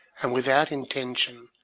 and, without intention,